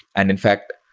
and in fact,